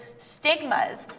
Stigmas